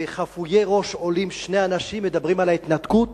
וחפויי ראש עולים שני אנשים ומדברים על ההתנתקות